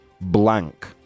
blank